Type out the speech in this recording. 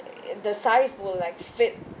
the size will like fit